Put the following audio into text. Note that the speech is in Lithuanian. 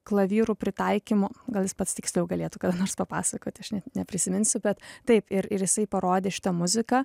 klavyrų pritaikymo gal jis pats tiksliau galėtų kada nors papasakoti aš ne neprisiminsiu bet taip ir ir jisai parodė šitą muziką